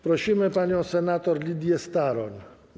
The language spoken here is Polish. Prosimy panią senator Lidię Staroń.